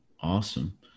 Awesome